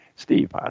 Steve